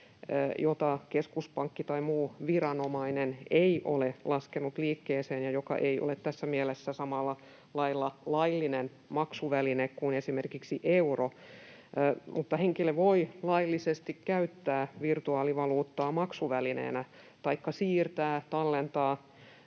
jota keskuspankki tai muu viranomainen ei ole laskenut liikkeeseen ja joka ei ole tässä mielessä samalla lailla laillinen maksuväline kuin esimerkiksi euro, mutta henkilö voi laillisesti käyttää virtuaalivaluuttaa maksuvälineenä taikka siirtää, tallentaa